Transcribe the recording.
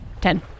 Ten